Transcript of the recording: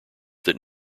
that